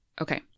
Okay